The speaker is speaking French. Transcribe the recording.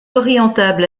orientable